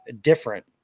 different